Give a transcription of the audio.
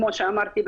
כמו שאמרתי,